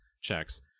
checks